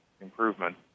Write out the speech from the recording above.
improvement